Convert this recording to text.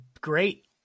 great